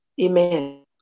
Amen